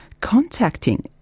contacting